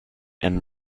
and